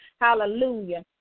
hallelujah